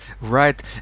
Right